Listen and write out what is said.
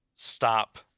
stop